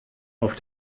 auf